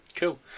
Cool